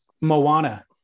Moana